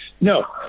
no